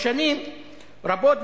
בשנים רבות,